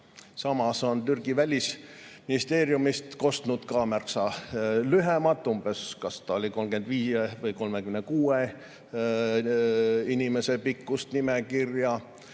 Samas on Türgi välisministeeriumist kostnud ka märksa lühemat, umbes 35 või 36 inimese pikkust nimekirja.